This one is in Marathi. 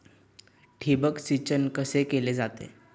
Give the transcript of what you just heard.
ठिबक सिंचन कसे केले जाते?